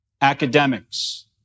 academics